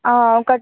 ఒక